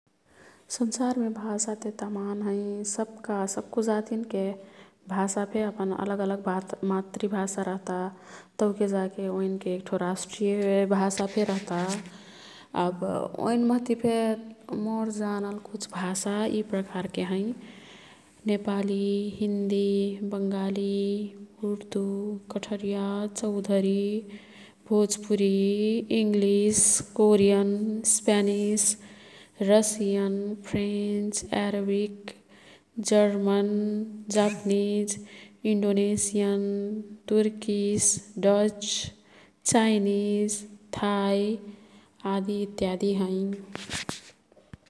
संसारमे भाषाते तमान हैं। सब्का सक्कु जातिनके भाषाफे अपन अलग अलग मातृभाषा रह्ता। तौके जाके ओईनके एक्ठो राष्ट्रिय भाषाफे रह्ता। अब ओईन मह्तीफे मोर् जानल कुछ भाषा यी प्रकारके हैं Nepali, Hindi, Bengali, Urdu, Kathariya, Chaudhary, Bhojpuri, English, Korean, Spanish, Russian, French, Arabic, German, Japanese, Indonesian, Turkish, Dutch, Chinese, Thai आदि इत्यादी हैं।